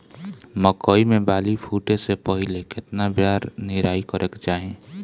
मकई मे बाली फूटे से पहिले केतना बार निराई करे के चाही?